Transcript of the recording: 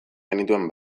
genituen